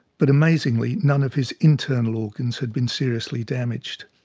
but, amazingly, none of his internal organs had been seriously damaged.